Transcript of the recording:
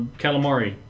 calamari